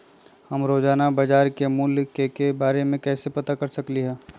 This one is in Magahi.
हम रोजाना बाजार के मूल्य के के बारे में कैसे पता कर सकली ह?